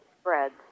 spreads